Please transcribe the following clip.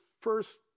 first